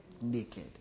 naked